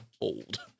old